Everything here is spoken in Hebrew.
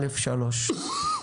וגם ב-35(א)(3).